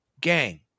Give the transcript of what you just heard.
Gang